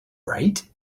right